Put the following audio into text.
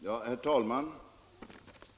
Herr talman!